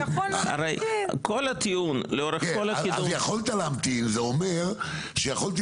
הרי כל הטיעון לאורך כל --- יכולת להמתין זה אומר שיכולתי